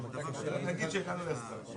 התייעצות.